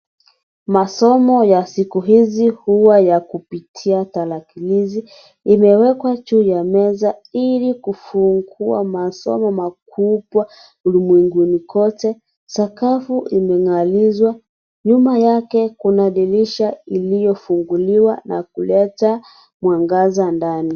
Masomo ya siku hizi huwa ya kupitia tarakilishi imewekwa juu ya meza iko kufungua masomo makubwa ulimwenguni kote. Sakafu imengarishwa, nyuma yake kuna dirisha iliyofunguliwa na kuleta mwangaza ndani.